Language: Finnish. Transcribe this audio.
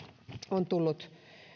on tullut